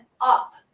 up